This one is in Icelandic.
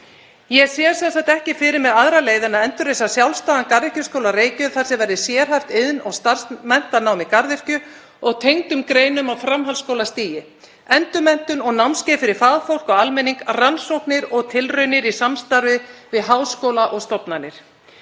Ég sé sem sagt ekki fyrir mér aðra leið en að endurreisa sjálfstæðan garðyrkjuskóla á Reykjum þar sem verði sérhæft iðn- og starfsmenntanám í garðyrkju og tengdum greinum á framhaldsskólastigi, endurmenntun og námskeið fyrir fagfólk og almenning og rannsóknir og tilraunir í samstarfi við háskóla og stofnanir.